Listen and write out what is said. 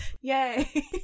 Yay